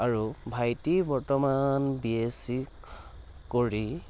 আৰু ভাইটি বৰ্তমান বি এছ চি কৰি